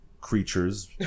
creatures